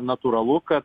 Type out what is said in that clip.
natūralu kad